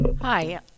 Hi